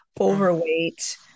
overweight